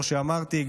כמו שאמרתי,